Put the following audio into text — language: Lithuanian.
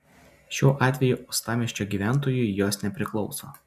šiuo atveju uostamiesčio gyventojui jos nepriklauso